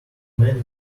man